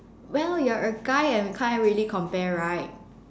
well you are a guy and can't really compare right